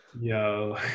yo